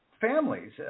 families